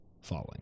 falling